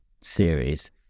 series